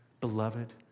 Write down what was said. beloved